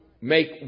make